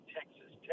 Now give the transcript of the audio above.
Texas